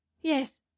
Yes